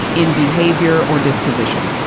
in behavior or disposition.